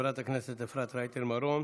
לחברת הכנסת, אפרת רייטן מרום.